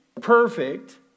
perfect